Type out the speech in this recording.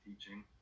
teaching